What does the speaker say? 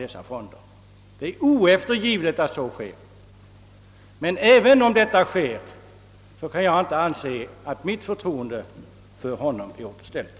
Det är oeftergivligt att så sker. Men även om detta sker, kan jag inte anse att mitt förtroende för honom blir återställt.